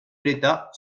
l’état